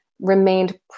remained